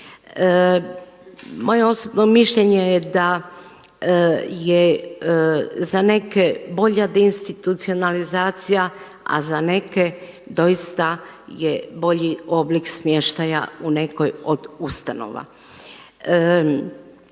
Moje osobno mišljenje je da je za neke bolja deinstitucionalizacija, a za neke doista je bolji oblik smještaja u nekoj od ustanova.